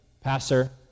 Pastor